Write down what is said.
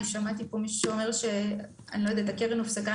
שמעתי מישהו פה שאומר שהקרן הופסקה.